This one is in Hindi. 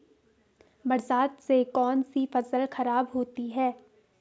बरसात से कौन सी फसल खराब होती है?